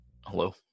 Hello